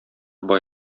бай